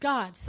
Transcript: God